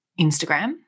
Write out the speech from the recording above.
Instagram